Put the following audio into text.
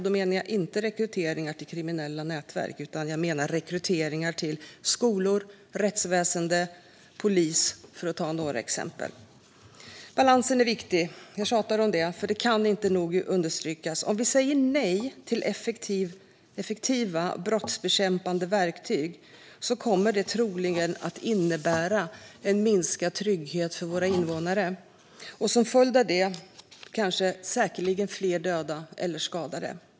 Då menar jag inte rekryteringar till kriminella nätverk, utan jag menar rekryteringar till skolor, rättsväsen och polis, för att ta några exempel. Balansen är viktig. Jag tjatar om det. Det kan inte nog understrykas. Om vi säger nej till effektiva brottsbekämpande verktyg kommer det troligen att innebära en minskad trygghet för våra invånare, och som följd av det säkerligen fler döda eller skadade.